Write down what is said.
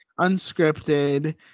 unscripted